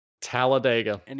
Talladega